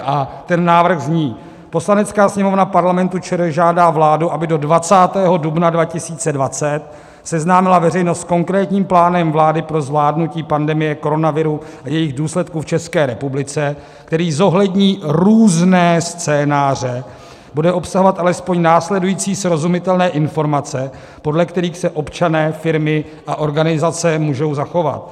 A ten návrh zní: Poslanecká sněmovna Parlamentu ČR žádá vládu, aby do 20. dubna 2020 seznámila veřejnost s konkrétním plánem vlády pro zvládnutí pandemie koronaviru a jejích důsledků v České republice, který zohlední různé scénáře, bude obsahovat alespoň následující srozumitelné informace, podle kterých se občané, firmy a organizace můžou zachovat: